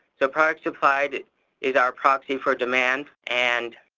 so products supplied is our proxy for demand and